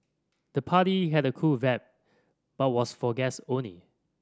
the party had a cool vibe but was for guest only